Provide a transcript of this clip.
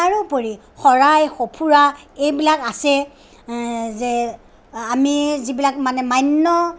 তাৰোপৰি শৰাই সঁফুৰা এইবিলাক আছে যে আমি যিবিলাক মানে মান্য